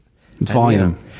Volume